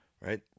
right